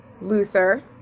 Luther